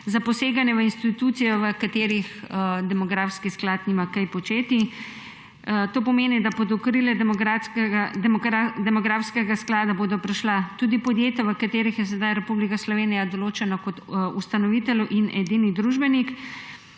za poseganje v institucije, v katerih demografski sklad nima kaj početi. To pomeni, da bodo pod okrilje demografskega sklada prešla tudi podjetja, v katerih je sedaj Republika Slovenija določena kot ustanovitelj in edini družbenik.